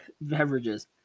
beverages